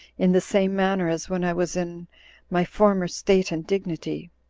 in the same manner as when i was in my former state and dignity.